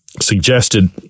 suggested